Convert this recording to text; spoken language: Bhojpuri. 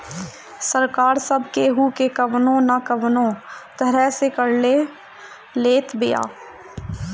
सरकार सब केहू के कवनो ना कवनो तरह से कर ले लेत बिया